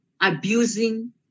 abusing